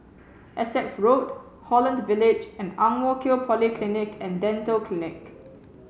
Essex Road Holland Village and Ang Mo Kio Polyclinic and Dental Clinic